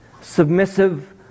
submissive